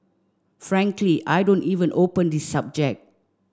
frankly I don't even open this subject